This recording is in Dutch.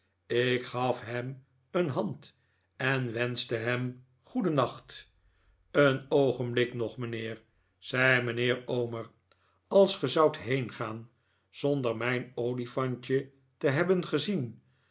ik gaf hem een hand en wenschte hem goedennacht een oogenblik nog mijnheer zei mijnheer omer als ge zoudt heengaan zonder mijn olifantje te hebben gezien